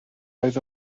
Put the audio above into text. oedd